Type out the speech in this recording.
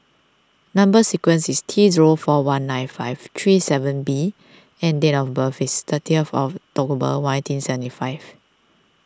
Number Sequence is T zero four one nine five three seven B and date of birth is thirty of October nineteen seventy five